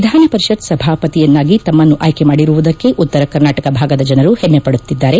ವಿಧಾನಪರಿಷತ್ ಸಭಾಪತಿಯನ್ನಾಗಿ ತಮ್ಮನ್ನು ಅಯ್ಕೆ ಮಾಡಿರುವುದಕ್ಕೆ ಉತ್ತರ ಕರ್ನಾಟಕ ಭಾಗದ ಜನರು ಹೆಮೈಪಡುತ್ತಿದ್ದಾರೆ